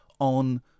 on